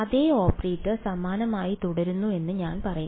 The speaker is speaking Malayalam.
അതേ ഓപ്പറേറ്റർ സമാനമായി തുടരുന്നു എന്ന് ഞാൻ പറയും